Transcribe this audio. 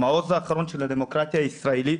המעוז האחרון של הדמוקרטיה הישראלית,